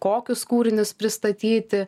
kokius kūrinius pristatyti